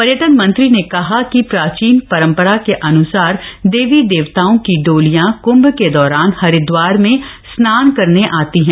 पर्यटन मंत्री ने कहा कि प्राचीन परंपरा के अन्सार देवी देवताओं की डोलियां क्म्भ के दौरान हरिद्वार में स्नान करने आती हैं